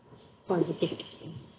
positive experiences